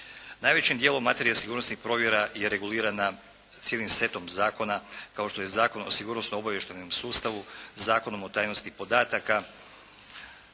Najvećem dijelu materije sigurnosnih provjera je regulirana s jednim setom zakona, kao što je Zakon o sigurnosno-obavještajnom sustavu, Zakonom o tajnosti podataka,